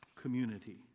community